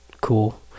cool